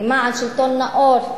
למען שלטון נאות,